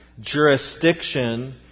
jurisdiction